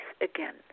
again